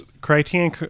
criterion